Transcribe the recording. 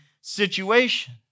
situation